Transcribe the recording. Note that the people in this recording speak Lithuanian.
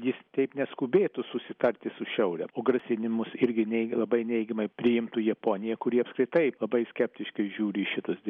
jis taip neskubėtų susitarti su šiaure grasinimus irgi nei labai neigiamai priimtų japonija kuri apskritai labai skeptiškai žiūri į šitas derybas